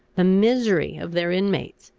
the misery of their inmates!